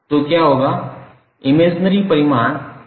तो क्या होगा 𝐼𝑚 परिमाण √𝑥2𝑦2 होगा